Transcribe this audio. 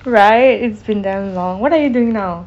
right it's been damn long what are you doing now